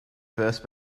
first